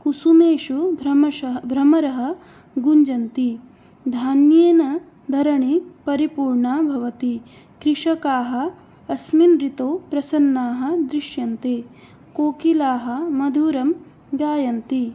कुसुमेषु भ्रमरः भ्रमरः गुञ्जन्ति धान्येन धरणी परिपूर्णा भवति कृषकाः अस्मिन् ऋतौ प्रसन्नाः दृश्यन्ते कोकिलाः मधुरं गायन्ति